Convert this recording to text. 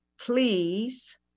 please